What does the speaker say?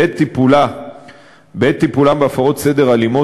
בעת טיפולם בהפרות סדר אלימות,